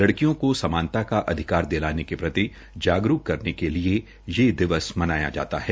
लड़कियों को समानता का अधिकार दिलाने के प्रति जागरूक करने के लिए ये दिवस मनाया जाता है